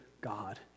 God